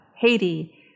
Haiti